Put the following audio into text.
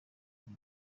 buri